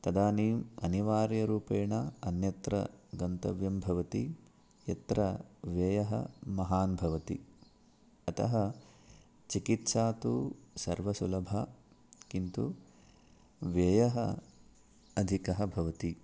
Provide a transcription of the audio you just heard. तदानीम् अनिवार्यरूपेण अन्यत्र गन्तव्यं भवति यत्र व्ययः महान् भवति अतः चिकित्सा तु सर्वसुलभा किन्तु व्ययः अधिकः भवति